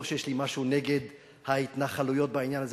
לא שיש לי משהו נגד ההתנחלויות בעניין הזה,